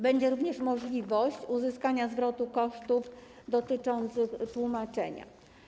Będzie również możliwość uzyskania zwrotu kosztów dotyczących tłumaczenia.